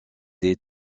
des